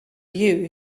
you